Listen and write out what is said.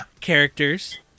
characters